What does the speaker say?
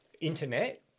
internet